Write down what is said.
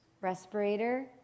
Respirator